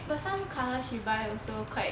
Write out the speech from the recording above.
but some colour she buy also quite